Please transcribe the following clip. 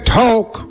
talk